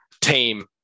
team